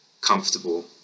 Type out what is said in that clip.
comfortable